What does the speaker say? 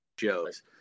shows